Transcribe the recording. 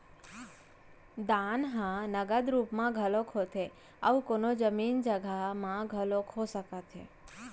दान ह नगद रुप म घलोक होथे अउ कोनो जमीन जघा म घलोक हो सकत हे